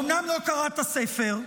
אומנם לא קראת ספר,